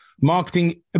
Marketing